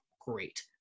great